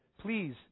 please